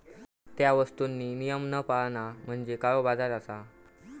त्या वस्तुंनी नियम न पाळणा म्हणजे काळोबाजार असा